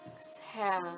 exhale